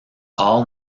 all